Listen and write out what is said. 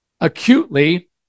acutely